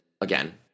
again